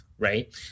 right